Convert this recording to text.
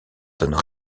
donnent